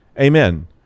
Amen